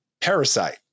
parasite